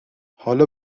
حالا